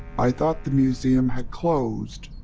i thought the museum had closed.